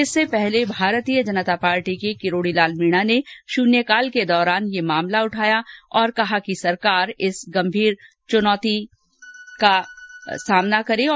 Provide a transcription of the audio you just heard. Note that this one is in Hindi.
इससे पहले भारतीय जनता पार्टी के किरोड़ीलाल मीणा ने शून्यकाल के दौरान यह मामला उठाया और कहा कि किसान इस गंभीर चुनौती का सामना कर रहे हैं